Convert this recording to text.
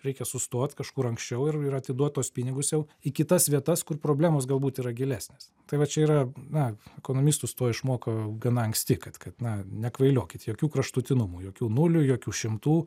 reikia sustot kažkur anksčiau ir ir atiduot tuos pinigus jau į kitas vietas kur problemos galbūt yra gilesnės tai va čia yra na ekomunistus to išmoko gana anksti kad kad na nekvailiokit jokių kraštutinumų jokių nulių jokių šimtų